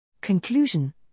Conclusion